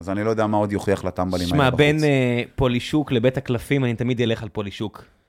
אז אני לא יודע מה עוד יוכיח לטמבלים האלה בחוץ. שמע, בין פולישוק לבית הקלפים, אני תמיד אלך על פולישוק.